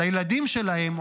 לילדים שלהם,